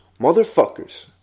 motherfuckers